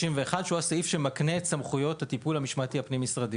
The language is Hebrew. שהוא הסעיף שמקנה את סמכויות הטיפול המשמעתי הפנים-משרדי,